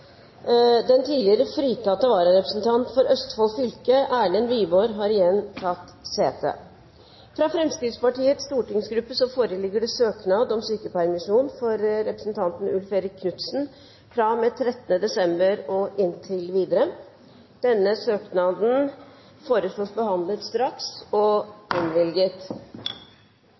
Den tidligere fritatte vararepresentant for Østfold fylke, Erlend Wiborg, har igjen tatt sete. Fra Fremskrittspartiets stortingsgruppe foreligger søknad om sykepermisjon for representanten Ulf Erik Knudsen fra og med 13. desember og inntil videre. Etter forslag fra presidenten ble enstemmig besluttet: Søknaden behandles straks og